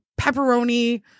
pepperoni